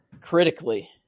critically